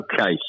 Okay